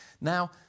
Now